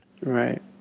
Right